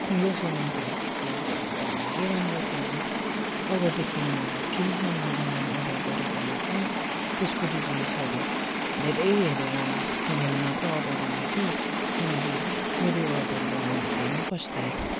यो समानको एक्सपिरियन्स एकदमै राम्रो थिएन अबदेखि म केही सामान अनलाइन अर्डर गरेँ भने पनि त्यसको रिभ्युजहरू धेरै हेरेर हेरेर मात्र अर्डर गर्नेछु किनकि मेरो यो अर्डरले म धेरै नै पस्ताएँ